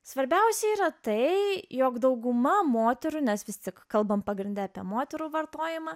svarbiausia yra tai jog dauguma moterų nes vis tik kalbame pagrinde apie moterų vartojimą